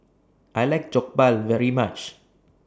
I like Jokbal very much